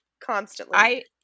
Constantly